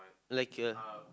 like a